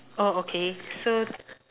oh okay so